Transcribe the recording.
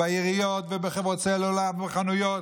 בעיריות ובחברות סלולר ובחנויות.